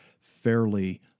fairly